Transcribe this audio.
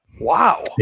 wow